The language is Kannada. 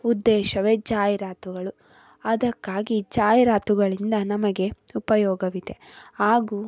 ಉದ್ದೇಶವೇ ಜಾಹೀರಾತುಗಳು ಅದಕ್ಕಾಗಿ ಜಾಹೀರಾತುಗಳಿಂದ ನಮಗೆ ಉಪಯೋಗವಿದೆ ಹಾಗೂ